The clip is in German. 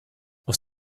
aus